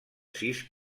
sis